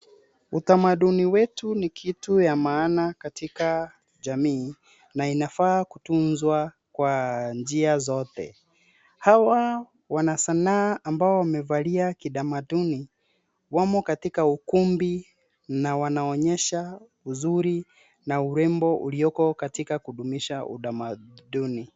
Utamaduni wetu ni kitu ya maana katika jamii, na inafaa kutunzwa, kwa njia zote. Hawa wanasanaa ambao wamevalia kidamatuni, wamo katika ukumbi na wanaonyesha uzuri, na urembo uliko katika kudumisha udamatuni.